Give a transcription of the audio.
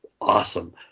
awesome